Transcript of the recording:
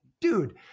dude